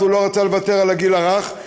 אז הוא לא רצה לוותר על הגיל הרך,